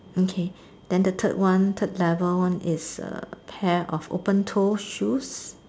okay then the third one the third level one is a pair of opened toe shoes